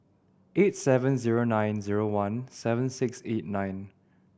eight seven zero nine zero one seven six eight nine